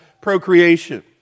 procreation